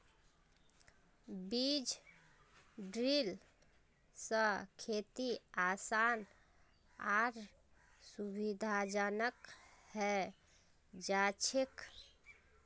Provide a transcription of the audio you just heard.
बीज ड्रिल स खेती आसान आर सुविधाजनक हैं जाछेक